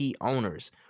owners